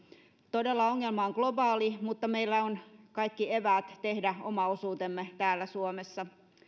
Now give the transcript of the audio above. todella ongelma on globaali mutta meillä on kaikki eväät tehdä oma osuutemme täällä suomessa hyvä